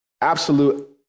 absolute